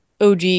OG